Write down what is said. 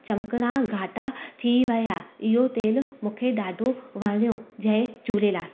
चमकणा घाटा थी विया इहो तेल मूंखे ॾाढो वणियो जय झूलेलाल